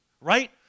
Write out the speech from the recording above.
right